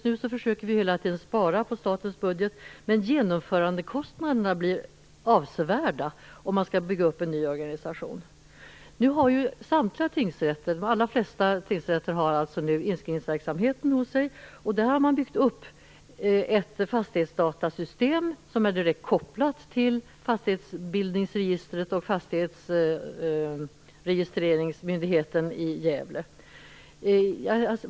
Just nu försöker vi hela tiden spara på statens budget, men genomförandekostnaderna blir, om man skall bygga upp en ny organisation, avsevärda. Nu har ju samtliga tingsrätter, eller de allra flesta, inskrivningsverksamheten hos sig. Där har man byggt upp ett fastighetsdatasystem som är direkt kopplat till fsastighetsbildningsregistret och till fastighetsregistreringsmyndigheten i Gävle.